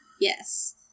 Yes